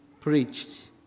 preached